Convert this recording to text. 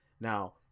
now